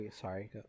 sorry